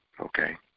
Okay